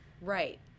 Right